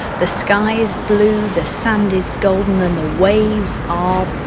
the sky is blue, the sand is golden and the waves are